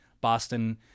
Boston